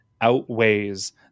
outweighs